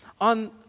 On